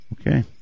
Okay